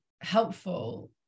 helpful